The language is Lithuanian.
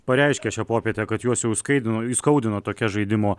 pareiškė šią popietę kad juos jau skaidino įskaudino tokia žaidimo